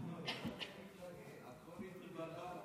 עזוב, התבלבלת.